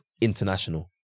international